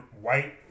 white